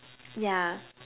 yeah